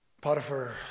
Potiphar